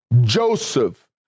Joseph